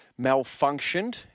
malfunctioned